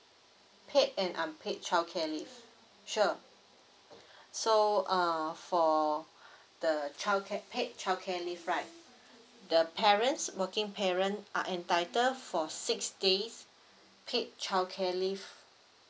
paid and unpaid childcare leave sure so uh for the childcare paid childcare leave right the parents working parent are entitle for six days paid childcare leave